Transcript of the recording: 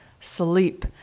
sleep